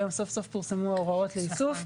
והיום סוף סוף פורסמו ההוראות לאיסוף.